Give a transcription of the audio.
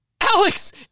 Alex